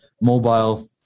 mobile